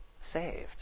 saved